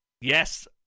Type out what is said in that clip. yes